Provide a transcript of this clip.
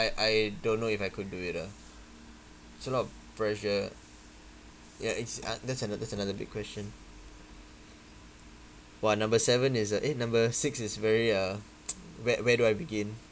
I I don't know if I could do it ah it's a lot of pressure ya it's uh that's another that's another big question !wah! number seven is a eh number six is very uh where where do I begin